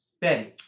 Betty